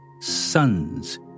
sons